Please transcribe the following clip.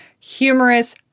humorous